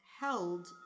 held